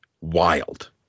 Wild